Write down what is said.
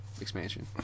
expansion